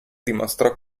dimostrò